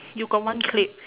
you got one clip